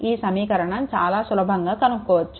ఈ సమీకరణం చాలా సులభంగా కనుక్కోవచ్చు